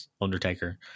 Undertaker